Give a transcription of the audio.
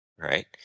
right